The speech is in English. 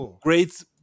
great